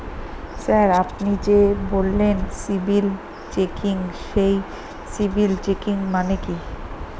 Sir আপনি যে বললেন সিবিল চেকিং সেই সিবিল চেকিং মানে কি?